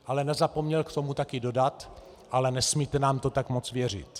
Ale nezapomněl k tomu taky dodat: Ale nesmíte nám to tak moc věřit.